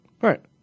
Right